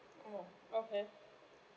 oh okay